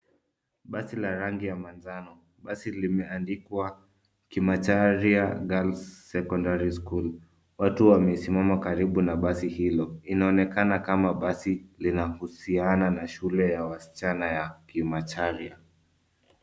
Basi la rangi ya manjano, basi limeandikwa Kamacharia Girls Secondary School. Watu wamesimama karibu na basi hilo. Inaonekana kama basi linahusiana na shule ya wasichana wa Kamacharia.